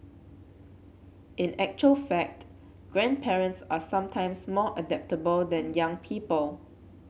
in actual fact grandparents are sometimes more adaptable than young people